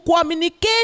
communicate